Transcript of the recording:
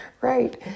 Right